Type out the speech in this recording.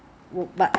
essence